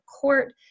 court